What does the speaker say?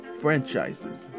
franchises